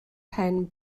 pen